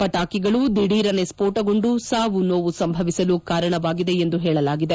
ಪಟಾಕಿಗಳು ದಿಢೀರನೆ ಸ್ವೋಟಗೊಂಡು ಸಾವು ನೋವು ಸಂಭವಿಸಲು ಕಾರಣವಾಗಿದೆ ಎಂದು ಹೇಳಲಾಗಿದೆ